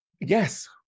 yes